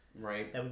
Right